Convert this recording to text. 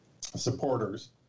supporters